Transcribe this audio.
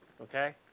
Okay